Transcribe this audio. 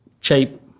Cheap